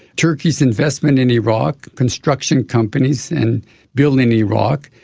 turkey's investment in iraq, construction companies and building iraq,